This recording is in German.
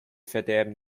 verderben